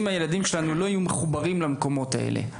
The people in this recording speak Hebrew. אם הילדים שלנו לא ירגישו מחוברים למקומות האלה,